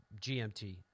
GMT